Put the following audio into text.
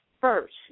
first